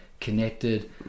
connected